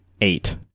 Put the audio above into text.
eight